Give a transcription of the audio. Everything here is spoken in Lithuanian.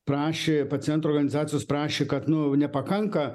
prašė pacientų organizacijos prašė kad nu nepakanka